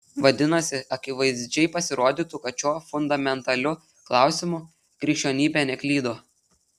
vadinasi akivaizdžiai pasirodytų kad šiuo fundamentaliu klausimu krikščionybė neklydo